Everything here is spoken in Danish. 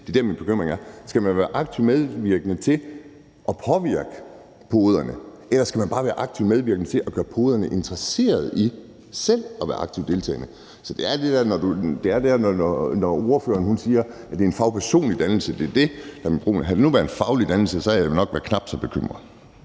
Det er der, min bekymring er. Skal man være aktivt medvirkende til at påvirke poderne, eller skal man bare være aktivt medvirkende til at gøre poderne interesserede i selv at være aktivt deltagende? Så det er, når ordføreren siger, at det er en fagpersonlig dannelse, jeg bliver bekymret. Havde det nu været en faglig dannelse, havde jeg jo nok været knap så bekymret.